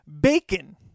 bacon